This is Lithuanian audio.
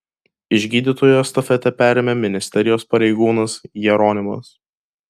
iš gydytojų estafetę perėmė ministerijos pareigūnas jeronimas